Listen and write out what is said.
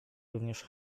również